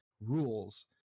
rules